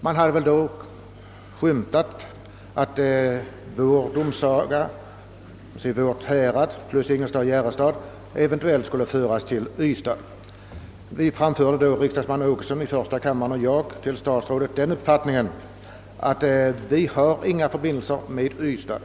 Det framskymtade då också möjligheten av att domsagan i vårt härad, Ingelstad och Järrestad, skulle föras till Ystad. Riksdagsman Åkesson i första kammaren och jag påpekade därför hos statsrådet Kling, att vår bygd inte har några förbindelser med Ystad.